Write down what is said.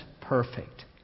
perfect